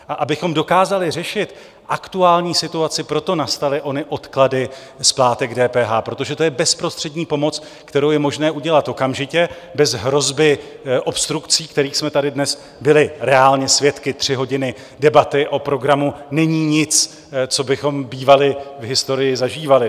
A abychom dokázali řešit aktuální situaci, proto nastaly ony odklady splátek DPH, protože to je bezprostřední pomoc, kterou je možné udělat okamžitě, bez hrozby obstrukcí, kterých jsme tady dnes byli reálně svědky tři hodiny debaty o programu není nic, co bychom bývali v historii zažívali.